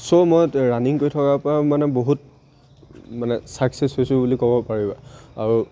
চ' মই ৰানিং কৰি থকাৰপৰা মানে বহুত মানে ছাকচেছ হৈছোঁ বুলি ক'ব পাৰিবা আৰু